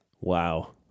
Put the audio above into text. Wow